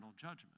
judgment